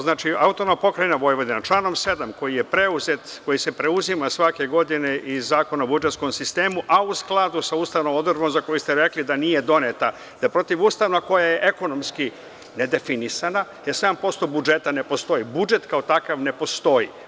Znači, AP Vojvodina članom 7. koji je preuzet, koji se preuzima svake godine iz Zakona o budžetskom sistemu, a u skladu sa ustavnom odredbom za koju ste rekli da nije doneta, da je protivustavna, koja je ekonomski nedefinisana, jer sam posto budžeta ne postoji, budžet kao takav ne postoji.